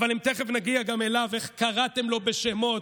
אבל תכף נגיע גם אליו, איך קראתם לו בשמות.